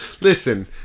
Listen